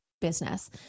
business